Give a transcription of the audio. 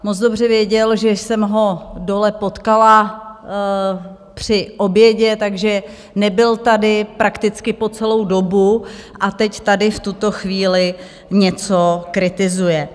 Moc dobře věděl, že jsem ho dole potkala při obědě, takže nebyl tady prakticky po celou dobu a teď tady v tuto chvíli něco kritizuje.